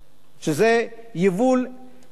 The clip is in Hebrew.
וזה יבול יפה.